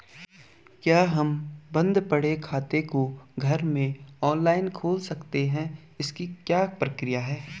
क्या हम बन्द पड़े खाते को घर में ऑनलाइन खोल सकते हैं इसकी क्या प्रक्रिया है?